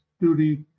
duty